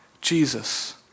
Jesus